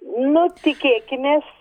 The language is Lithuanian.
nu tikėkimės